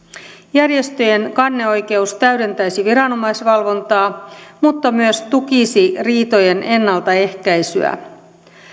järjestöjen kanneoikeus täydentäisi viranomaisvalvontaa mutta myös tukisi riitojen ennaltaehkäisyä